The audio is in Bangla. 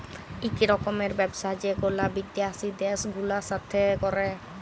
ইক রকমের ব্যবসা যেগুলা বিদ্যাসি দ্যাশ গুলার সাথে ক্যরে